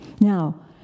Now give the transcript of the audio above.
Now